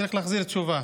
צריך להחזיר תשובה.